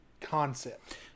Concept